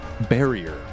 barrier